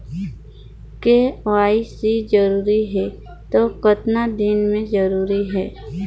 KYC जरूरी हे तो कतना दिन मे जरूरी है?